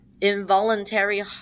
involuntary